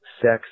sex